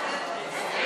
1